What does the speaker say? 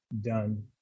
done